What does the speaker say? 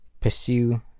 pursue